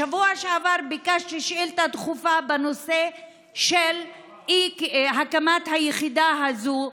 בשבוע שעבר ביקשתי שאילתה דחופה בנושא אי-הקמת היחידה הזאת,